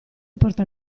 porta